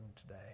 today